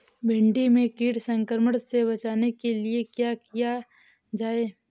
भिंडी में कीट संक्रमण से बचाने के लिए क्या किया जाए?